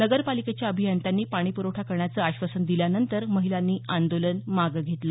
नगरपालिकेच्या अभियंत्यांनी पाणीप्रवठा करण्याचं आश्वासन दिल्यानंतर महिलांनी आंदोलन मागे घेतलं